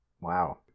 Wow